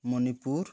Manipur